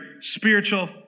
spiritual